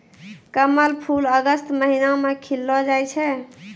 कमल फूल अगस्त महीना मे खिललो जाय छै